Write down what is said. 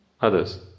others